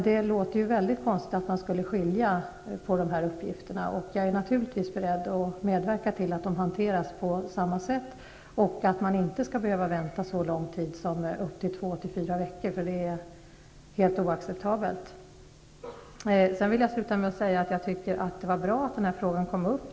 Det låter väldigt konstigt att man skulle skilja på dessa uppgifter, och jag är naturligtvis beredd att medverka till att de hanteras på samma sätt och att man inte skall behöva vänta så lång tid som upp till två--fyra veckor. Detta är helt oacceptabelt. Jag vill avslutningsvis säga att jag tycker att det var bra att den här frågan kom upp.